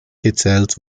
gezählt